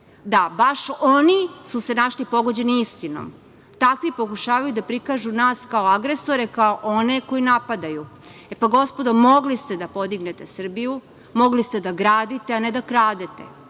Da, baš oni su se našli pogođeni istinom. Takvi pokušavaju da prikažu nas kao agresore, kao one koji napadaju. E, pa, gospodo, mogli ste da podignete Srbiju, mogli ste da gradite, a ne da kradete.